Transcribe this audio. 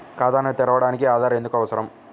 ఖాతాను తెరవడానికి ఆధార్ ఎందుకు అవసరం?